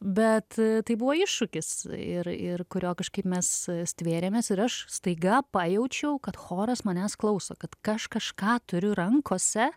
bet tai buvo iššūkis ir ir kurio kažkaip mes stvėrėmės ir aš staiga pajaučiau kad choras manęs klauso kad aš kažką turiu rankose